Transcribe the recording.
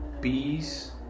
peace